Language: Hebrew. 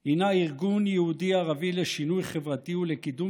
הוא ארגון יהודי-ערבי לשינוי חברתי ולקידום